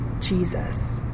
Jesus